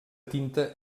tinta